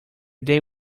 day